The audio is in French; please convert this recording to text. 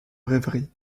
rêverie